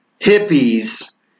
hippies